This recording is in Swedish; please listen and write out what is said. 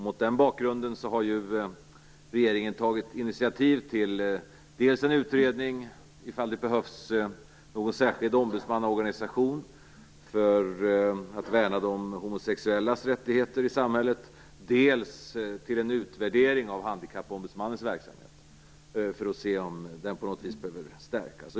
Mot den bakgrunden har regeringen tagit initiativ dels till en utredning som skall se efter om det behövs en särskild ombudsmannaorganisation för att värna de homosexuellas rättigheter i samhället, dels till en utvärdering av Handikappombudsmannens verksamhet för att se om den på något vis behöver stärkas.